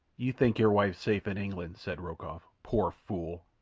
you think your wife safe in england, said rokoff. poor fool!